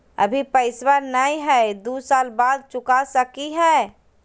अभि पैसबा नय हय, दू साल बाद चुका सकी हय?